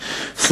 העיר,